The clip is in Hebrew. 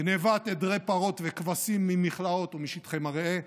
גנבת עדרי פרות וכבשים ממכלאות ומשטחי מרעה,